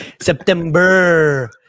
September